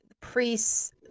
priests